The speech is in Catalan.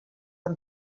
amb